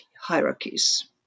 hierarchies